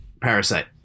Parasite